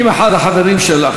אם אחד החברים שלך,